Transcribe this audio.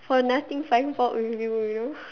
for nothing find fault with you you know